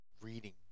reading